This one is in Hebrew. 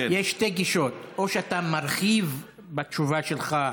יש שתי גישות: או שאתה מרחיב בתשובה שלך,